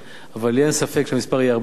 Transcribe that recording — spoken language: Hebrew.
אבל לי אין ספק שהמספר יהיה הרבה יותר גבוה.